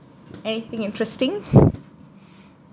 anything interesting